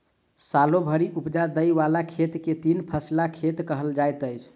सालो भरि उपजा दय बला खेत के तीन फसिला खेत कहल जाइत अछि